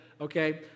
okay